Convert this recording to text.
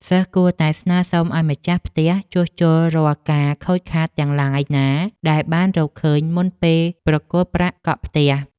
សិស្សគួរតែស្នើសុំឱ្យម្ចាស់ផ្ទះជួសជុលរាល់ការខូចខាតទាំងឡាយណាដែលបានរកឃើញមុនពេលប្រគល់ប្រាក់កក់ផ្ទះ។